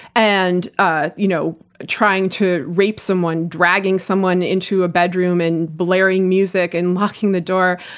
and ah you know trying to rape someone, dragging someone into a bedroom and blaring music, and locking the door,